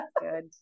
good